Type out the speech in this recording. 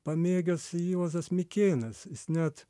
pamėgęs juozas mikėnas jis net